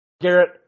Garrett